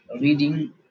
reading